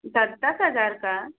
दस दस हज़ार का